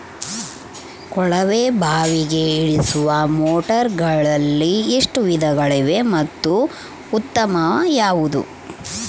ಕೊಳವೆ ಬಾವಿಗೆ ಇಳಿಸುವ ಮೋಟಾರುಗಳಲ್ಲಿ ಎಷ್ಟು ವಿಧಗಳಿವೆ ಮತ್ತು ಉತ್ತಮ ಯಾವುದು?